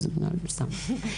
עלה בעבודה שלכם בעניין הזה.